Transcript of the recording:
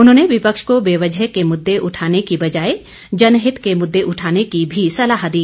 उन्होंने विपक्ष को बेवजह के मुद्दे उठाने की बजाय जनहित के मुद्दे उठाने की भी सलाह दी